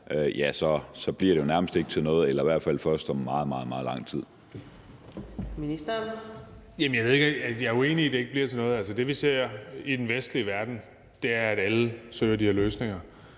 – bliver det nærmest ikke til noget eller i hvert fald først om meget, meget lang tid.